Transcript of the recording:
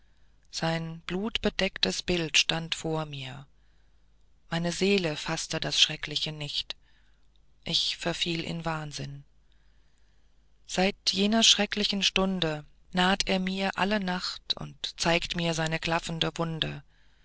sein blutbedecktes bild stand vor mir da meine seele faßte das schreckliche nicht ich verfiel in wahnsinn seit jener schrecklichen stunde naht er mir alle nacht und zeigt mir seine klaffende wunde